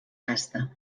casta